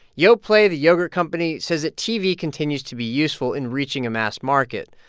yoplait, the yogurt company, says that tv continues to be useful in reaching a mass market.